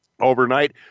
Overnight